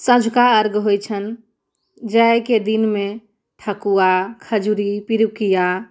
सँझुका अर्घ होइ छनि जाहिके दिनमे ठकुआ खजूरी पिरुकिया